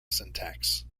syntax